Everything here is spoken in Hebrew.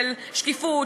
של שקיפות,